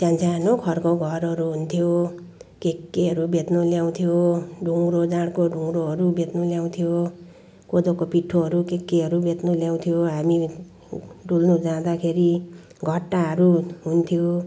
सानसानो खरको घरहरू हुन्थ्यो के केहरू बेच्न ल्याउँथ्यो ठुङ्ग्रो जाँडको ढुङ्ग्रोहरू बेच्न ल्याउँथ्यो कोदोको पिठोहरू के केहरू बेच्न ल्याउँथ्यो हामी डुल्नु जाँदाखेरि घट्टाहरू हुन्थ्यो